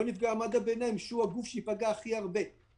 כך לא נפגע במעמד הביניים, שהוא שייפגע הכי הרבה.